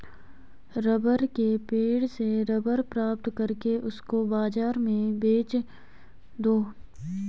rubber के पेड़ से रबर प्राप्त करके उसको बाजार में बेच दो